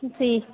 جی